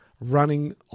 running